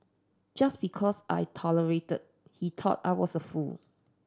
just because I tolerated he thought I was a fool